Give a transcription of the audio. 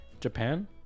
Japan